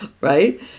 right